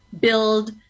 build